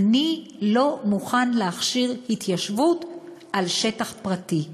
אני לא מוכן להכשיר התיישבות על שטח פרטי.